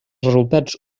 resultats